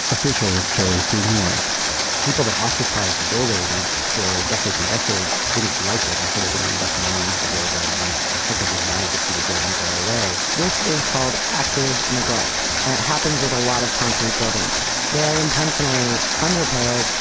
officials chose to ignore it people that occupied the building for ah decades and decades didn't like it, and so they didn't invest money into the building and and effectively wanted to see the building go away this is called active neglect and it happens with a lot of concrete buildings. they are intentionally unrepaired,